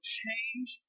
change